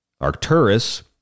Arcturus